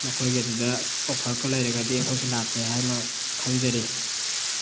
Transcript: ꯅꯈꯣꯏꯒꯤ ꯑꯗꯨꯗ ꯑꯣꯐꯔꯀꯥ ꯂꯩꯔꯒꯗꯤ ꯑꯩꯈꯣꯏꯁꯨ ꯂꯥꯛꯀꯦ ꯍꯥꯏꯅ ꯈꯟꯖꯔꯤ